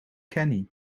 kenny